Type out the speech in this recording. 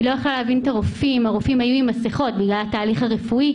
היא לא יכלה להבין את הרופאים כי הם היו עם מסכות בגלל התהליך הרפואי.